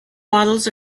waddles